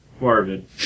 Marvin